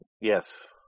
Yes